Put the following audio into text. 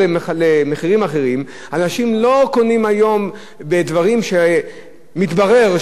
אנשים לא קונים היום במקומות שמתברר שהרווחים שלהם זה מאות אחוזים,